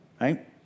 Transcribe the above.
right